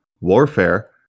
warfare